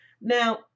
Now